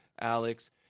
Alex